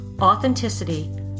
authenticity